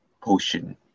potion